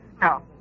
No